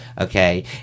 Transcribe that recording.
okay